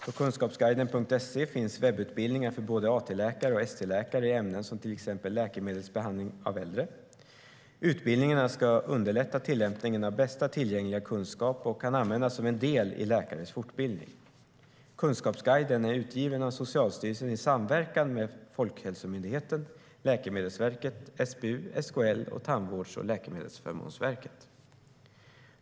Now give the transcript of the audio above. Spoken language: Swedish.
På Kunskapsguiden.se finns webbutbildningar för både AT-läkare och ST-läkare i ämnen som till exempel läkemedelsbehandling av äldre. Utbildningarna ska underlätta tillämpningen av bästa tillgängliga kunskap och kan användas som en del i läkares fortbildning. Kunskapsguiden är utgiven av Socialstyrelsen i samverkan med Folkhälsomyndigheten, Läkemedelsverket, SBU, SKL och Tandvårds och läkemedelsförmånsverket.